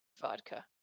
vodka